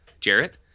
Jarrett